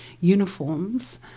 uniforms